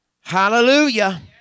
Hallelujah